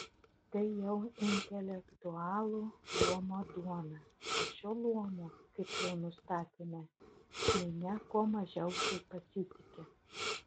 tai jau intelektualų luomo duona o šiuo luomu kaip jau nustatėme minia kuo mažiausiai pasitiki